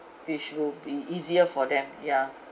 which will be easier for them yeah